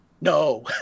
No